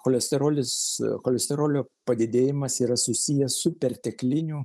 cholesterolis cholesterolio padidėjimas yra susijęs su perteklinių